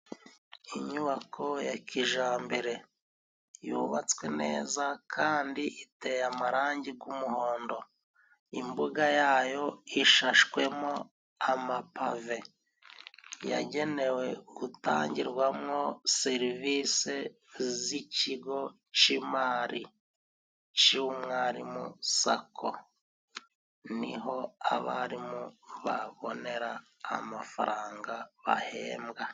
Inyubako ya kijambere yubatswe neza kandi iteye amarangi g'umuhondo, imbuga yayo ishashwemo amapave. Yagenewe gutangirwamo serivisi z'kigo c'imari c'umwarimu sacco, niho abarimu babonera amafaranga bahembwa.